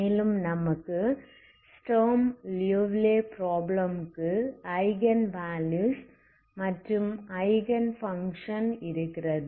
மேலும் நமக்கு Sturm Liouville problem க்கு ஐகன் வேல்யூஸ் மற்றும் ஐகன் பங்க்ஷன் இருக்கிறது